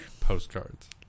Postcards